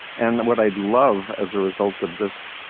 and what i'd love as a result of this,